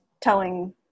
telling